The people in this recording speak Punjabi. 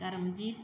ਧਰਮਜੀਤ